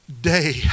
day